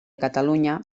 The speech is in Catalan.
catalunya